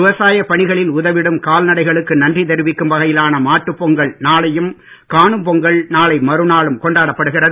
விவசாயப் பணிகளில் உதவிடும் கால்நடைகளுக்கு நன்றி தெரிவிக்கும் வகையிலான மாட்டுப் பொங்கல் நாளையும் காணும் பொங்கல் நாளை மறுநாளும் கொண்டாடப்படுகிறது